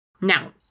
now